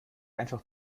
einfach